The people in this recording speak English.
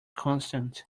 constant